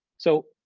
so,